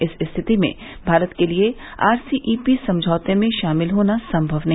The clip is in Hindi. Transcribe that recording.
इस स्थिति में भारत के लिए आरसीईपी समझौते में शामिल होना संभव नहीं